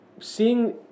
seeing